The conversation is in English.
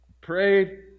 Prayed